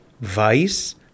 Vice